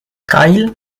kyle